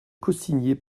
cosigné